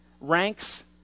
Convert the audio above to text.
ranks